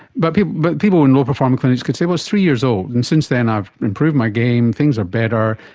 but people but people in low performing clinics could say, well, it's three years old and since then i've improved my game, things are better,